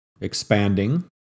expanding